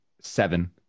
seven